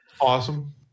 Awesome